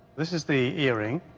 this is the earring.